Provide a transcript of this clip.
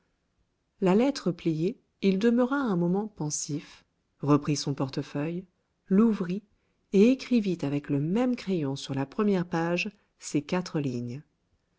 la lettre pliée il demeura un moment pensif reprit son portefeuille l'ouvrit et écrivit avec le même crayon sur la première page ces quatre lignes